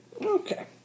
Okay